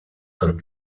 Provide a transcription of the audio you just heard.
comme